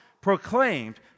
Proclaimed